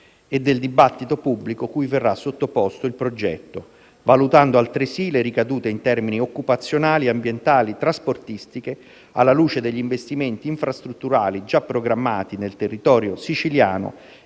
e del dibattito pubblico cui verrà sottoposto il progetto, valutando altresì le ricadute in termini occupazionali, ambientali e trasportistici alla luce degli investimenti infrastrutturali già programmati nel territorio siciliano